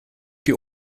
die